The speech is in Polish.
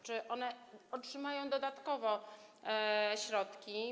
Czy one otrzymają dodatkowe środki?